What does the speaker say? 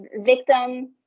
victim